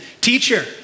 Teacher